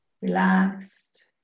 relaxed